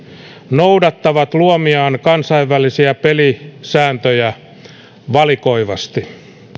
noudattavat luomiaan kansainvälisiä pelisääntöjä valikoivasti